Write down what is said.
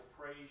praise